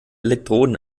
elektroden